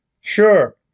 Sure